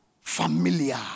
Familiar